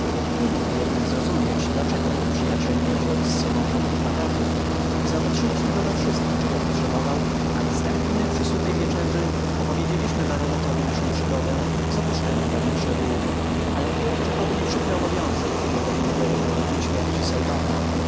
nie mógł jednak zrozumieć dlaczego mój przyjaciel nie wziął z sobą żadnych bagażów zaopatrzyliśmy go we wszystko czego potrzebował a następnie przy sutej wieczerzy opowiedzieliśmy baronetowi naszą przygodę z opuszczeniem pewnych szczegółów ale wpierw czekał mnie przykry obowiązek uwiadomienia barrymorów o śmierci seldona dla